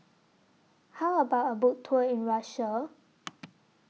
How about A Boat Tour in Russia